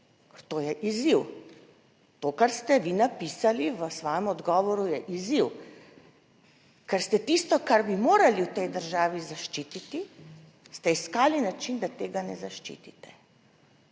to je izziv. To kar ste vi napisali v svojem odgovoru je izziv, ker ste tisto, kar bi morali v tej državi zaščititi, ste iskali način, da tega ne zaščitite.